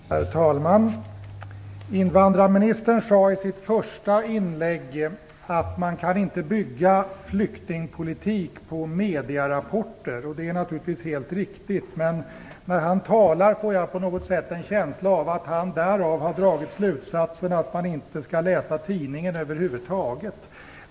Herr talman! Invandrarministern sade i sitt första inlägg att man inte kan bygga flyktingpolitik på medierapporter. Det är naturligtvis helt riktigt. Men när han talar får jag på något sätt en känsla av att han därav har dragit slutsatsen att man inte skall läsa tidningen över huvud taget.